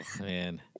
man